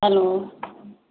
hello